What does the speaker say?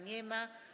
Nie ma.